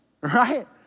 right